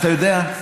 אתה יודע,